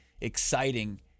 exciting